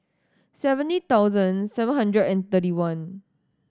seventy thousand seven hundred and thirty one